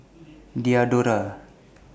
Diadora